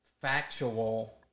factual